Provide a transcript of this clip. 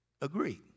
agree